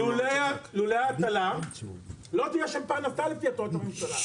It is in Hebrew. לולא לולי ההטלה לא תהיה שם פרנסה לפי החלטת הממשלה,